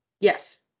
yes